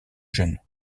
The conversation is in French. jeune